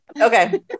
Okay